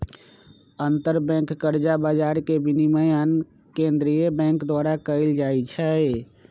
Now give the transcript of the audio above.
अंतरबैंक कर्जा बजार के विनियमन केंद्रीय बैंक द्वारा कएल जाइ छइ